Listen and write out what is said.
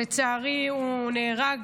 לצערי, הוא נהרג